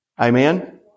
Amen